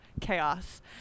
chaos